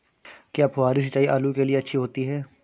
क्या फुहारी सिंचाई आलू के लिए अच्छी होती है?